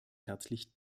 herzlich